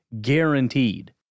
guaranteed